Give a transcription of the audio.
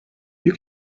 you